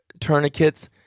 tourniquets